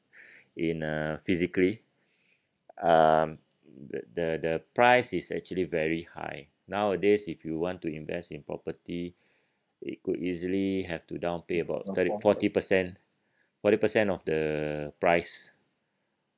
in a physically um the the the price is actually very high nowadays if you want to invest in property it could easily have to down payment about thirty forty percent forty percent of the price